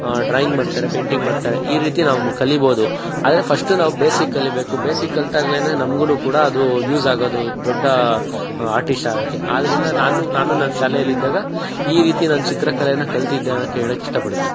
drawing ಮಾಡ್ತಾರೆ painting ಮಾಡ್ತಾರೆ ಈ ರೀತಿ ನಾವು ಕಲಿಬೋದು ಆದರೆ ಫಶ್ಟ್ ನಾವು ಬೇಸಿಕ್ ಕಲಿಬೇಕು ಬೇಸಿಕ್ ಕಲ್ತಾಗ್ಲೆ ನಮ್ಗು ಕೂಡ ಅದು ಯೂಸ್ ಆಗೋದು ದೊಡ್ಡ ಆರ್ಟಿಶ್ಟ್ ಆಗೋಕೆ ಆದ್ರಿಂದ ನಾನು ನಾನು ನನ್ನ ಶಾಲೆಯಲ್ಲಿದ್ದಾಗ ಈ ರೀತಿ ನಾನು ಚಿತ್ರಕಲೇನ ಕಲ್ತಿದ್ದೆ ಅನ್ನಕ್ ಹೇಳೋಕ್ ಇಷ್ಟಪಡ್ತೀನಿ